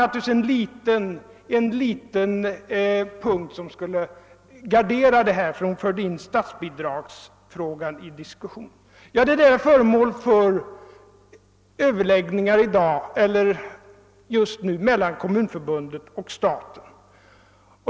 Naturligtvis hade fru Nettelbrandt en liten gardering: hon förde in statsbidragsfrågan i diskussionen. Den är föremål för överläggningar just nu mellan Kommunförbundet och staten.